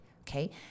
Okay